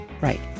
Right